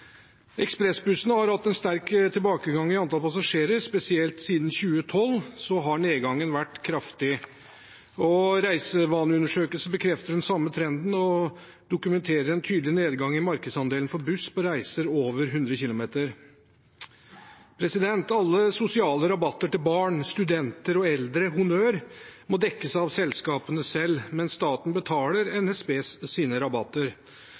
Ekspressbussene har hatt en sterk tilbakegang i antall passasjerer. Spesielt siden 2012 har nedgangen vært kraftig. Reisevaneundersøkelsen bekrefter trenden og dokumenterer en tydelig nedgang i markedsandelen for buss på reiser over 100 km. Alle sosiale rabatter for barn, studenter og eldre – honnør – må dekkes av selskapene selv, mens staten betaler NSBs rabatter.